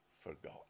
forgotten